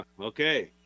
Okay